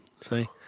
See